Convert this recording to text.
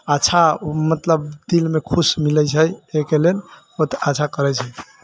अच्छा मतलब दिलमे खुश मिलैत छै एहिके लेल बहुत अच्छा करैत छै